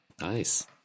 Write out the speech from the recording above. nice